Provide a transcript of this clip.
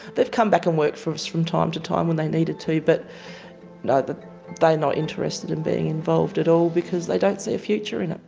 they've come back and worked for us from time to time when they needed to but no, they are not interested in being involved at all, because they don't see a future in it.